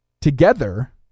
together